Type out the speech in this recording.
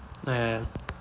ya ya ya